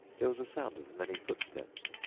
there was a sound of many footsteps,